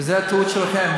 וזו הטעות שלכם.